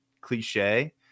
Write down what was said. cliche